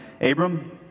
Abram